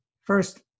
first